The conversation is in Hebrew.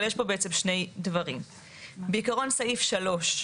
אבל יש פה בעצם שני דברים: בעיקרון סעיף 3,